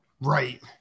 Right